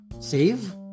Save